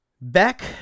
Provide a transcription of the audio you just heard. Back